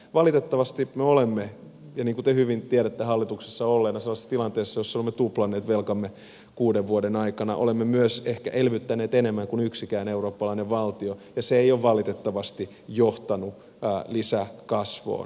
valitettavasti me olemme niin kuin te hyvin tiedätte hallituksessa olleina sellaisessa tilanteessa jossa olemme tuplanneet velkamme kuuden vuoden aikana olemme myös elvyttäneet ehkä enemmän kuin yksikään eurooppalainen valtio ja se ei ole valitettavasti johtanut lisäkasvuun